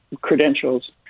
credentials